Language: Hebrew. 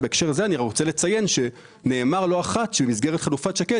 בהקשר זה אציין שנאמר לא אחת שבמסגרת חלופת שקד